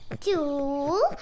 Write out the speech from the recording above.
two